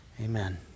Amen